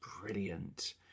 brilliant